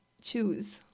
choose